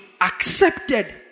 accepted